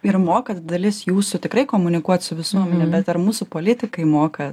ir mokat dalis jūsų tikrai komunikuot su visuomene bet ar mūsų politikai moka